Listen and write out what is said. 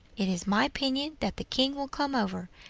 it is my opinion that the king will come over,